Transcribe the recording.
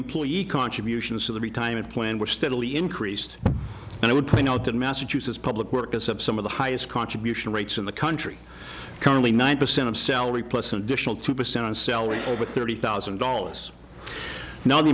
employee contributions to the retirement plan were steadily increased and i would point out that massachusetts public workers have some of the highest contribution rates in the country currently nine percent of salary plus an additional two percent on selling over thirty thousand dollars now the